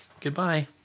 Goodbye